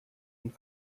and